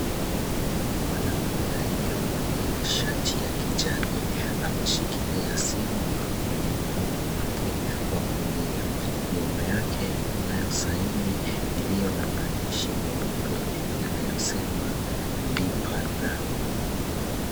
Mwanaume aliyevalia shati ya kijani ameshikilia simu kwenye mkono wake wa kulia. Nyuma yake kunayo saini iliyo na maandishi meupe yaliyosema LIPA NA.